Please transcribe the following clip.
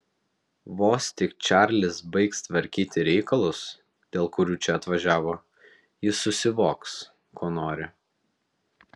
vos tik čarlis baigs tvarkyti reikalus dėl kurių čia atvažiavo jis susivoks ko nori